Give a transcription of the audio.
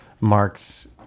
Mark's